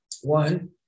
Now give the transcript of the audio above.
One